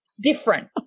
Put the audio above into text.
different